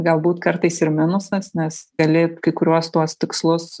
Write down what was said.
galbūt kartais ir minusas nes gali kai kuriuos tuos tikslus